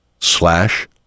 slash